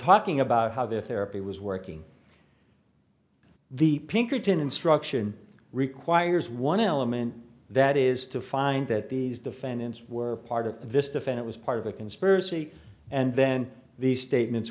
talking about how their therapy was working the pinkerton instruction requires one element that is to find that these defendants were part of this defend it was part of a conspiracy and then these statements